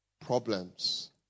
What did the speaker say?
problems